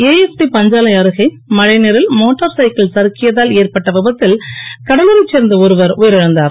AFT பஞ்சாலை அருகே மழைநீரில் மோட்டார் சைக்கிள் சறுக்கியதால் ஏற்பட்ட விபத்தில் கடலூரைச் சேர்ந்த விபத்தில் ஒருவர் உயிரிழந்தார்